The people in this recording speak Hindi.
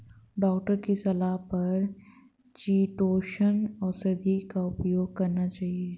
डॉक्टर की सलाह पर चीटोसोंन औषधि का उपयोग करना चाहिए